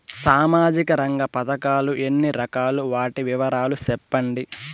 సామాజిక రంగ పథకాలు ఎన్ని రకాలు? వాటి వివరాలు సెప్పండి